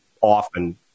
often